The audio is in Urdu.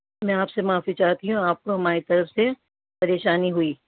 میں آپ سے معافی چاہتی ہوں آپ کو ہماری طرف سے پریشانی ہوئی